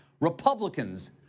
Republicans